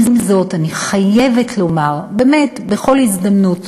עם זאת אני חייבת לומר באמת בכל הזדמנות